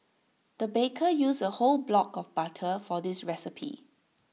the baker used A whole block of butter for this recipe